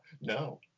No